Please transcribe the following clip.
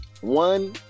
one